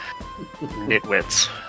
nitwits